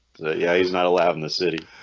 that yeah, he's not allowed in the city